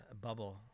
bubble